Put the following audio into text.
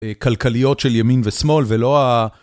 כלכליות של ימין ושמאל ולא ה...